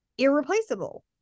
irreplaceable